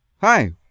Hi